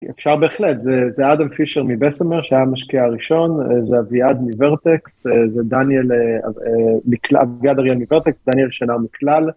אפשר בהחלט, זה אדם פישר מבסמר שהיה המשקיעה הראשון, זה אביעד מברטקס, זה דניאל, אביעד אריאל מברטקס, דניאל שנר מכלל.